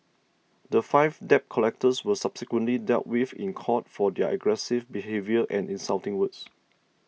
the five debt collectors were subsequently dealt with in court for their aggressive behaviour and insulting words